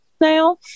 now